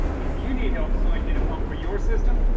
if you need help selecting a pump for your system,